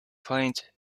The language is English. point